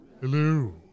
hello